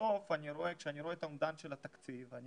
בסוף כשאני רואה את האומדן של התקציב אני